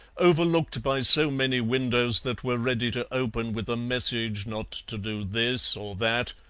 overlooked by so many windows that were ready to open with a message not to do this or that,